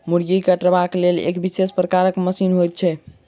मुर्गी के कटबाक लेल एक विशेष प्रकारक मशीन होइत छै